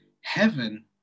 heaven